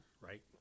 right